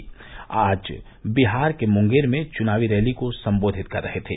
वह आज बिहार के मुंगेर में चुनाव रैली को सम्बोधित कर रहे थे